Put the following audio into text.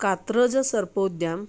कात्रज सर्प उद्यान